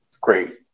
great